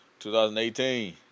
2018